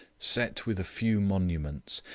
set with a few monuments,